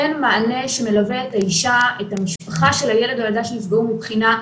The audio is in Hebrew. אין מענה שמלווה את האישה את המשפחה של הילד או הילדה שנפגעו מבחינה,